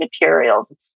materials